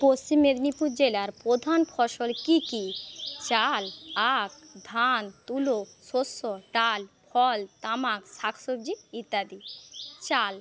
পশ্চিম মেদিনীপুর জেলার প্রধান ফসল কী কী চাল আখ ধান তুলো শস্য ডাল ফল তামাক শাক সবজি ইত্যাদি চাল